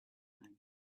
banks